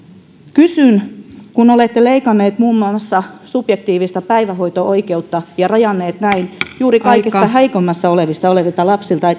kysyn kun olette leikanneet muun muassa subjektiivista päivähoito oikeutta ja rajanneet näin juuri kaikista heikoimmassa asemassa olevilta lapsilta